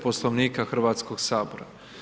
Poslovnika Hrvatskog sabora.